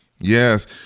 Yes